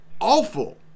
awful